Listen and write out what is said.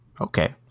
okay